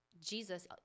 Jesus